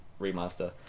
remaster